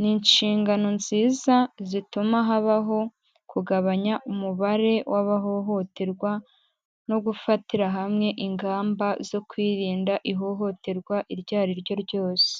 ni inshingano nziza zituma habaho kugabanya umubare w'abahohoterwa no gufatira hamwe ingamba zo kwirinda ihohoterwa iryo ari ryo ryose.